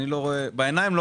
אני לא רואה כלום.